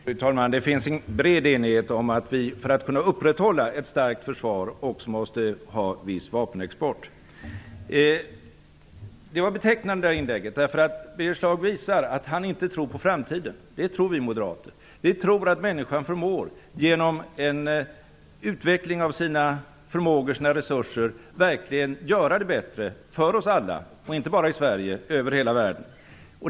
Fru talman! Det finns en bred enighet om att vi för att kunna upprätthålla ett starkt försvar också måste ha viss vapenexport. Schlaug visar att han inte tror på framtiden. Det gör vi moderater. Vi tror att människan genom en utveckling av sina förmågor, sina resurser, förmår att verkligen göra det bättre för oss alla - inte bara i Sverige utan över hela världen.